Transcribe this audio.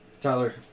Tyler